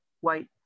white